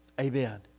Amen